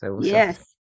Yes